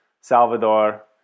salvador